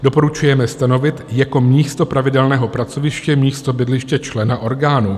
Doporučujeme stanovit jako místo pravidelného pracoviště místo bydliště člena orgánu.